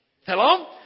hello